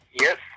Yes